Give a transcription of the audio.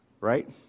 right